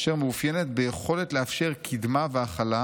אשר מאופיינת ביכולת לאפשר קדמה והכלה,